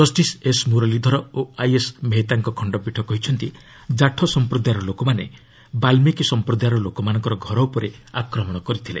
justice S Muralidhar ଓ I S ମେହେତାଙ୍କ ଖଣ୍ଡପୀଠ କହିଛନ୍ତି ଜାଠ ସମ୍ପ୍ରଦାୟର ଲୋକମାନେ ବାଲ୍ଲୀକି ସମ୍ପ୍ରଦାରୟର ଲୋକମାନଙ୍କ ଘର ଉପରେ ଆକ୍ରମଣ କରିଥିଲେ